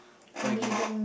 wagyu